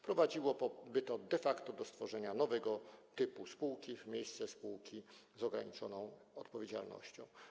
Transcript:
Prowadziłoby to de facto do stworzenia nowego typu spółki w miejsce spółki z ograniczoną odpowiedzialnością.